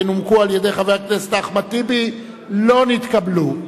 שנומקה על-ידי חבר הכנסת אחמד טיבי לא נתקבלה.